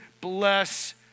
bless